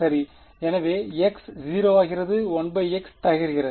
எனவே x 0 ஆகிறது 1x தகர்கிறது